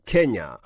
Kenya